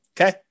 Okay